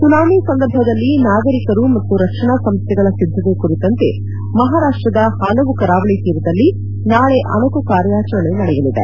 tsunami ಸಂದರ್ಭದಲ್ಲಿ ನಾಗರಿಕರು ಮತ್ತು ರಕ್ಷಣಾ ಸಂಸ್ಟೆಗಳ ಸಿದ್ದತೆ ಕುರಿತಂತೆ ಮಹಾರಾಷ್ಲದ ಪಲವು ಕರಾವಳಿ ತೀರದಲ್ಲಿ ನಾಳೆ ಅಣಕು ಕಾರ್ಯಾಚರಣೆ ನಡೆಯಲಿದೆ